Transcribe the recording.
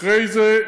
אחרי זה,